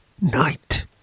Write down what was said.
Night